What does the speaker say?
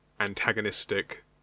antagonistic